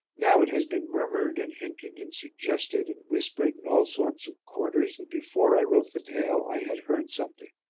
now it has been murmured and hinted and suggested and whispered in all sorts of quarters that before i wrote the tale i had heard something.